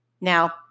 Now